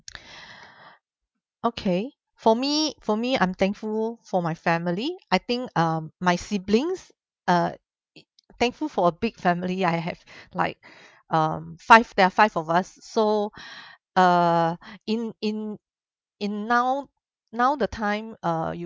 okay for me for me I'm thankful for my family I think um my siblings uh thankful for a big family I have like um five there are five of us so uh in in in now now the time uh you